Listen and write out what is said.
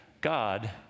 God